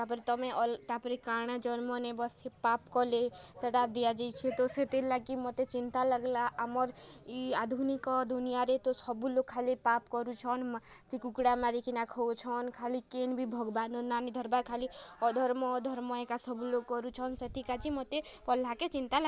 ତା'ପରେ ତମେ ଅଲ୍ ତା'ପରେ କାଣା ଜନ୍ମ ନେବ ସେ ପାପ୍ କଲେ ସେଟା ଦିଆଯାଇଛେ ତ ସେଥିରଲାଗି ମୋତେ ଚିନ୍ତା ଲାଗଲା ଆମର୍ ଇ ଆଧୁନିକ ଦୁନିଆରେ ତ ସବୁ ଲୋକ୍ ଖାଲି ପାପ୍ କରୁଛନ୍ ସେ କୁକୁଡ଼ା ମାରିକିନା ଖାଉଛନ୍ ଖାଲି କେନ୍ ବି ଭଗବାନର୍ ନାଁ ନାଁ ନାଇଁ ଧରବାର୍ ଖାଲି ଅଧର୍ମ ଅଧର୍ମ ଏକା ସବୁ ଲୋକ୍ କରୁଛନ୍ ସେଥିକାଜି ମୋତେ ପଢ଼ଲାକେ ଚିନ୍ତା ଲାଗଲା